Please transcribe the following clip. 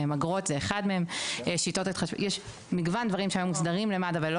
שאגרות זה אחד מהם יש מגוון דברים שהיום מוסדרים למד"א ולא